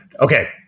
Okay